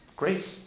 Great